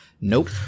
Nope